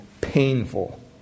painful